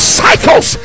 cycles